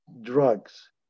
drugs